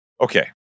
Okay